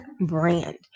brand